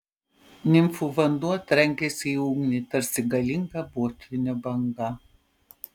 nimfų vanduo trenkėsi į ugnį tarsi galinga potvynio banga